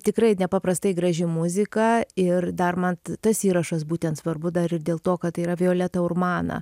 tikrai nepaprastai graži muzika ir dar man tas įrašas būtent svarbu dar ir dėl to kad tai yra violeta urmana